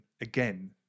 again